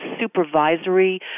supervisory